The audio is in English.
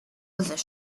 position